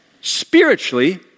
spiritually